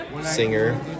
singer